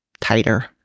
tighter